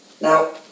Now